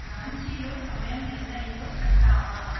రాంచీలో సమయ ఎంతయిందో చెప్తావా